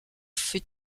fut